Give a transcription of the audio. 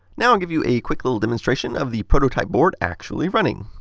now i'll give you a quick little demonstration of the prototype board actually running.